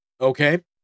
okay